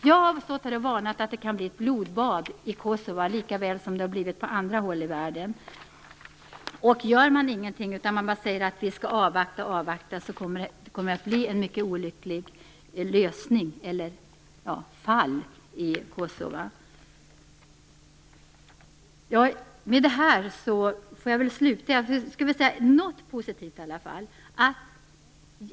Jag har stått här och varnat för att det kan bli ett blodbad i Kosova lika väl som det har blivit på andra håll i världen. Gör man ingenting utan bara säger att vi skall avvakta kommer det att bli en mycket olycklig lösning eller ett mycket olyckligt fall i Kosova. Jag skall väl säga något positivt i alla fall.